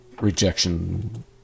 rejection